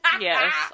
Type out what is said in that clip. yes